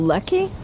Lucky